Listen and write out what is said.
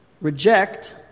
Reject